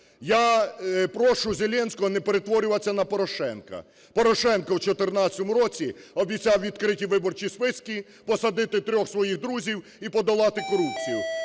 Я прошу Зеленського не перетворюватися на Порошенка. Порошенко в 14-му році обіцяв відкриті виборчі списки, посадити трьох своїх друзів і подолати корупцію.